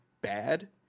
bad